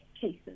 cases